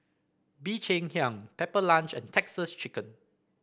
Bee Cheng Hiang Pepper Lunch and Texas Chicken